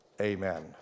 Amen